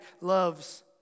loves